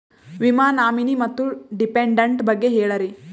ವಿಮಾ ನಾಮಿನಿ ಮತ್ತು ಡಿಪೆಂಡಂಟ ಬಗ್ಗೆ ಹೇಳರಿ?